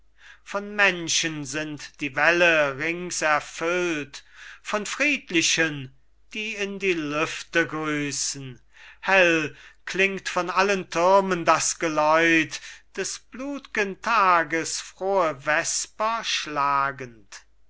von menschen sind die wälle rings erfüllt von friedlichen die in die lüfte grüßen hell klingt von allen türmen das geläut des blutgen tages frohe vesper schlagend